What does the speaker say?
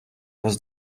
was